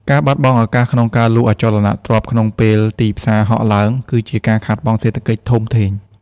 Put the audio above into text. ការបាត់បង់ឱកាសក្នុងការលក់អចលនទ្រព្យក្នុងពេលទីផ្សារហក់ឡើង គឺជាការខាតបង់សេដ្ឋកិច្ចធំធេង។